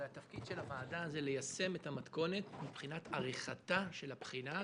ותפקיד של הוועדה זה ליישם את המתכונת מבחינת עריכתה של הבחינה,